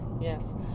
yes